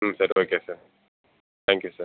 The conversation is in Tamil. ம் சரி okay sir thank you sir